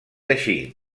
així